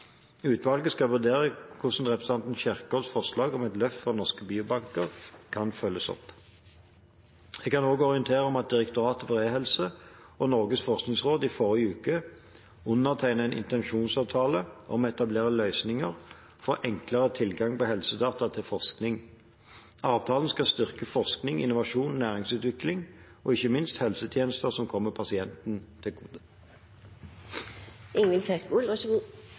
Utvalget skal vurdere hvordan representanten Kjerkols forslag om et løft for norske biobanker kan følges opp. Jeg kan også orientere om at Direktoratet for e-helse og Norges forskningsråd i forrige uke undertegnet en intensjonsavtale om å etablere løsninger for enklere tilgang på helsedata til forskning. Avtalen skal styrke forskning, innovasjon, næringsutvikling og, ikke minst, helsetjenester som kommer pasienten til gode.